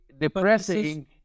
depressing